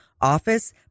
office